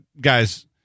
guys